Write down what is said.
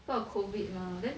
cause of COVID mah then